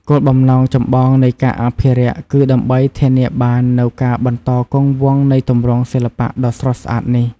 គោលបំណងចម្បងនៃការអភិរក្សគឺដើម្បីធានាបាននូវការបន្តគង់វង្សនៃទម្រង់សិល្បៈដ៏ស្រស់ស្អាតនេះ។